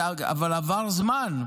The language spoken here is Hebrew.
אבל עבר זמן.